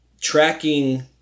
tracking